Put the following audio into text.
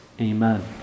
Amen